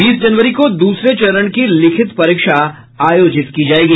बीस जनवरी को दूसरे चरण की लिखित परीक्षा आयोजित की जायेगी